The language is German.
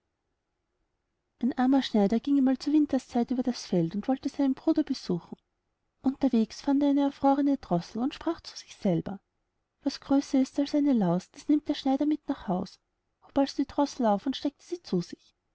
ein armer schneider ging einmal zur winterszeit über das feld und wollte seinen bruder besuchen unterwegs fand er eine erfrorne droßel sprach zu sich selber was größer ist als eine laus das nimmt der schneider mit nach haus hob also die droßel auf und steckte sie zu sich